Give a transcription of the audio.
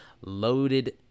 loaded